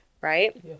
right